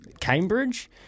Cambridge